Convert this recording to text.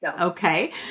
okay